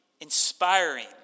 inspiring